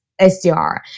SDR